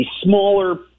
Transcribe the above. smaller